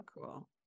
cool